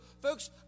folks